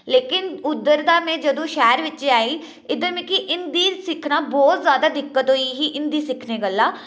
लेकिन उद्धर दा में जदूं में शैह्र तक्कर आई इद्धर मिगी हिंदी सिक्खना बहुत जैदा दिक्कत होई ही हिंदी सिक्खने गल्ला